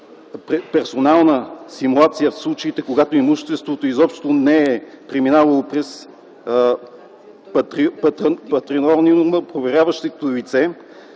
персонална симулация в случаите, когато имуществото изобщо не е преминавало през патримониума на проверяваното лице;